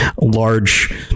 large